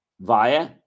via